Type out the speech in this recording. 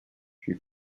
she